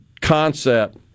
concept